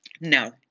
no